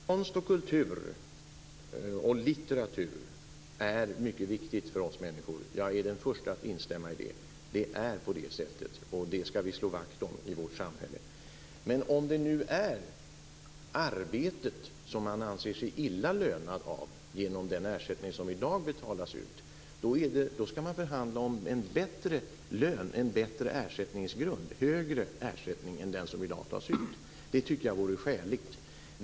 Herr talman! Konst, kultur och litteratur är något mycket viktigt för oss människor. Jag är den förste att instämma i att det är på det sättet, och detta skall vi slå vakt om i vårt samhälle. Men om det nu är arbetet som man anser illa lönat genom den ersättning som i dag betalas ut, skall man förhandla om en bättre ersättningsgrund, som ger en högre ersättning än den som i dag tas ut. Jag tycker att det vore skäligt.